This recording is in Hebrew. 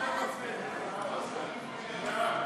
לשימוש בקרקע חקלאית ובמים) (תיקון,